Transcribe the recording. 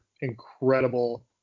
incredible